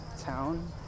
town